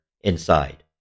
inside